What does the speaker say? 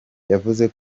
yavuze